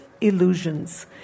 illusions